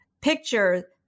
Picture